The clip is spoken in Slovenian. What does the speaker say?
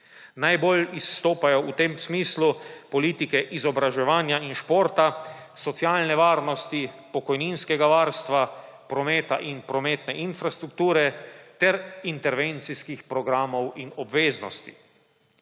Najbolj izstopajo v tem smislu politike izobraževanja in športa, socialne varnosti, pokojninskega varstva, prometa in prometne infrastrukture ter intervencijskih programov in obveznosti.